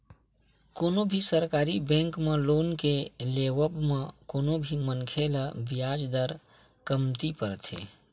कोनो भी सरकारी बेंक म लोन के लेवब म कोनो भी मनखे ल बियाज दर कमती परथे